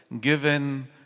given